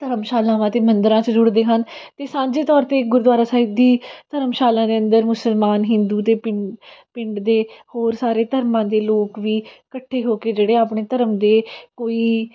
ਧਰਮਸ਼ਾਲਾਵਾਂ ਅਤੇ ਮੰਦਰਾਂ 'ਚ ਜੁੜਦੇ ਹਨ ਅਤੇ ਸਾਂਝੇ ਤੌਰ 'ਤੇ ਗੁਰਦੁਆਰਾ ਸਾਹਿਬ ਦੀ ਧਰਮਸ਼ਾਲਾ ਦੇ ਅੰਦਰ ਮੁਸਲਮਾਨ ਹਿੰਦੂ ਦੇ ਪਿੰ ਪਿੰਡ ਦੇ ਹੋਰ ਸਾਰੇ ਧਰਮਾਂ ਦੇ ਲੋਕ ਵੀ ਇਕੱਠੇ ਹੋ ਕੇ ਜਿਹੜੇ ਆਪਣੇ ਧਰਮ ਦੇ ਕੋਈ